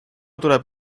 tuleb